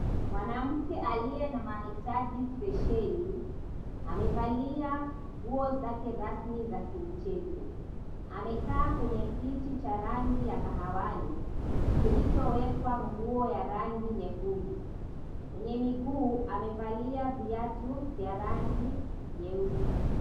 Mwanamke aliye na mahitaji spesheli amevalia nguo zake rasmi za kimchezo. Amekaa kwenye kiti cha rangi ya kahawani, kilichowekwa nguo ya rangi nyekundu. Kwenye miguu amevalia viatu vya rangi nyeusi.